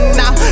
now